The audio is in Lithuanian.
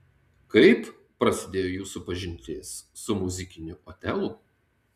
kaip prasidėjo jūsų pažintis su muzikiniu otelu